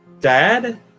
dad